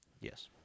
Yes